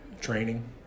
training